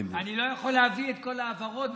אני לא יכול להביא את כל ההעברות,